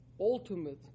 ultimate